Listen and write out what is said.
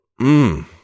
Mmm